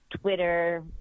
Twitter